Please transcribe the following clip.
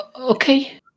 Okay